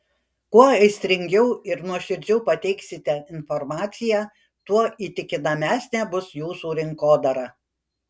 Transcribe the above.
kuo aistringiau ir nuoširdžiau pateiksite informaciją tuo įtikinamesnė bus jūsų rinkodara